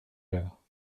l’heure